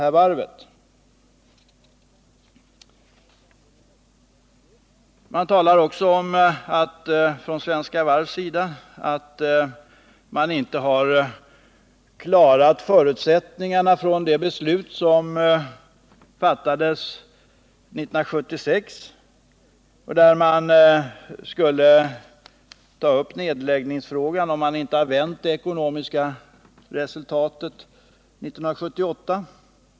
Svenska Varv talar också om att man inte kunnat uppfylla förutsättningarna enligt det beslut som fattades 1976 och som innebar att man skulle ta upp nedläggningsfrågan om man inte lyckades vända det ekonomiska resultatet 1978.